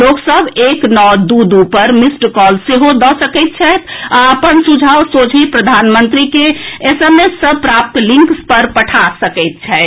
लोक सभ एक नओ दू दू पर मिस्ड कॉल सेहो दऽ सकैत छथि आ अपन सुझाव सोझे प्रधानमंत्री के एसएमएस मे प्राप्त लिंक सँ पठा सकैत छथि